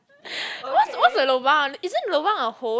what's what's a lobang isn't lobang a hole